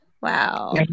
wow